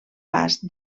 pas